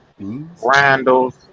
Randall's